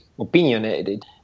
opinionated